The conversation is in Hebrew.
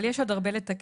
אבל יש עוד הרבה לתקן,